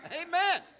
Amen